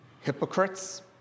hypocrites